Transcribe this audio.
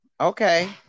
Okay